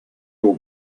your